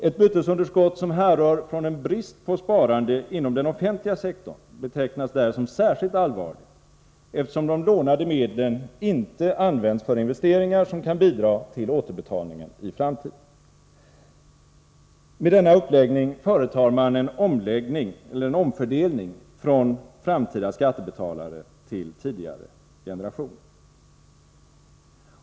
Ett bytesunderskott som härrör från en brist på sparande inom den offentliga sektorn betecknas där som särskilt allvarligt, eftersom de lånade medlen inte används för investeringar som kan bidra till återbetalningen i framtiden. Med denna uppläggning företar man en omfördelning från framtida skattebetalare till tidigare generationer.